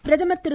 பிரதமர் திரு